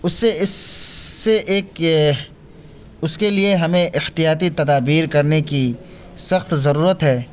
اس سے اس سے ایک یہ اس کے لیے ہمیں احتیاطی تدابیر کرنے کی سخت ضرورت ہے